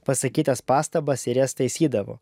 pasakytas pastabas ir jas taisydavo